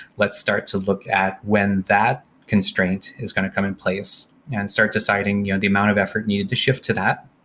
let's start to look at when that constraint is going to come in place and start deciding the amount of effort needed to shift to that,